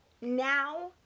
now